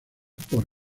por